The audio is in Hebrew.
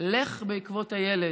לך בעקבות הילד,